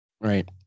Right